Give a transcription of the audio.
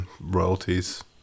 royalties